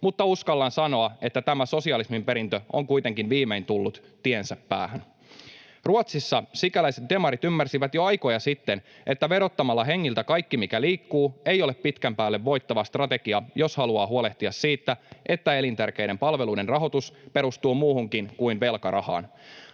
mutta uskallan sanoa, että tämä sosialismin perintö on kuitenkin viimein tullut tiensä päähän. Ruotsissa sikäläiset demarit ymmärsivät jo aikoja sitten, että se, että verotetaan hengiltä kaikki, mikä liikkuu, ei ole pitkän päälle voittava strategia, jos haluaa huolehtia siitä, että elintärkeiden palveluiden rahoitus perustuu muuhunkin kuin velkarahaan.